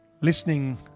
listening